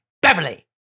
Beverly